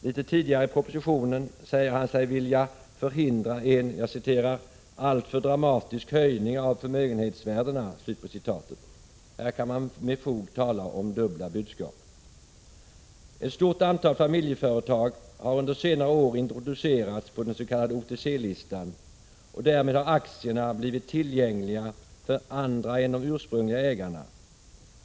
Litet tidigare i propositionen säger han sig vilja förhindra en ”allt för dramatisk höjning av förmögenhetsvärdena”. Här kan man med fog tala om dubbla budskap. Ett stort antal familjeföretag har under senare år introducerats på den s.k. OTC-listan, och därmed har aktierna blivit tillgängliga för andra än de ursprungliga ägarna.